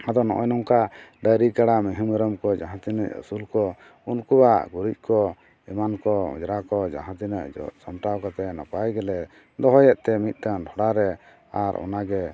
ᱟᱫᱚ ᱱᱚᱜᱼᱚᱭ ᱱᱚᱝᱠᱟ ᱰᱟᱝᱨᱤ ᱠᱟᱲᱟ ᱢᱤᱭᱦᱩ ᱢᱮᱨᱚᱢ ᱠᱚ ᱡᱟᱦᱟᱸ ᱛᱤᱱᱟᱹᱜ ᱟᱹᱥᱩᱞ ᱠᱚ ᱩᱱᱠᱩᱣᱟᱜ ᱜᱩᱨᱤᱡ ᱠᱚ ᱮᱢᱟᱱᱠᱚ ᱚᱸᱡᱽᱨᱟ ᱠᱚ ᱡᱟᱦᱟᱸ ᱛᱤᱱᱟᱹᱜ ᱡᱚᱜ ᱥᱟᱢᱴᱟᱣ ᱠᱟᱛᱮ ᱱᱟᱯᱟᱭ ᱜᱮᱞᱮ ᱫᱚᱦᱚᱭᱮᱫ ᱛᱮ ᱢᱤᱫᱴᱟᱝ ᱰᱷᱚᱸᱰᱟᱨᱮ ᱟᱨ ᱚᱱᱟᱜᱮ